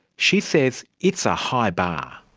she says it's a high bar.